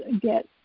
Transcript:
get